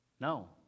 No